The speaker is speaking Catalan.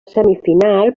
semifinal